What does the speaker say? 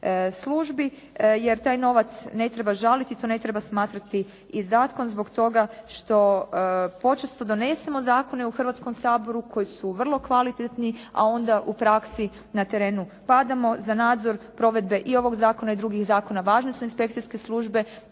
službi jer taj novac ne treba žaliti, to ne treba smatrati izdatkom zbog toga što počesto donesemo zakone u Hrvatskom saboru koji su vrlo kvalitetni, a onda u praksi na terenu padamo, za nadzor provedbe i ovog zakona i drugih zakona važne su inspekcijske službe